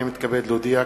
הנני מתכבד להודיע,